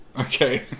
Okay